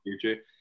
future